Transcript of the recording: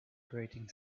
grating